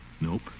Nope